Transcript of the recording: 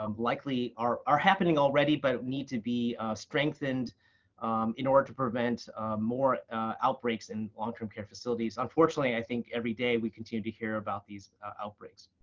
um likely are are happening already but need to be strengthened in order to prevent more outbreaks in long-term care facilities. unfortunately, i think every day we continue to to hear about these outbreaks.